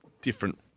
different